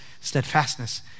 steadfastness